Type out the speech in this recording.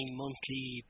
monthly